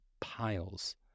piles